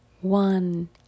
One